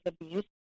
abuse